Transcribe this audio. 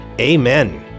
Amen